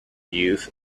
youth